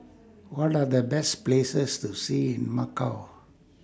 What Are The Best Places to See in Macau